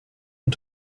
und